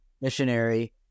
missionary—